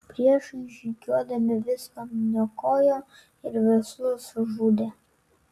priešai žygiuodami viską niokojo ir visus žudė